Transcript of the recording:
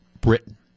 Britain